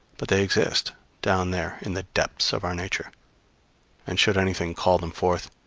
but they exist down there in the depths of our nature and should anything call them forth,